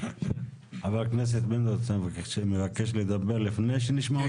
חבר הכנסת פינדרוס מבקש לדבר לפני שנשמע אותם?